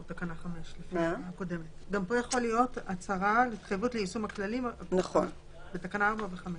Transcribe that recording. גם פה יכול להיות הצהרה להתחייבות ליישום הכללים בתקנה 4 או ב-5.